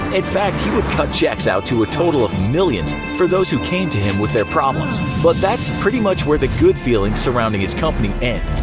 in fact, he would cut checks out to a total of millions for those who came to him with their problems. but that's pretty much where the good feelings surrounding his company end.